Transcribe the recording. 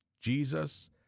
Jesus